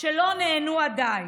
בהיותי בצד הזה, אני יודע כמה זה מפריע.